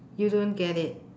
you don't get it